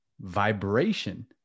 vibration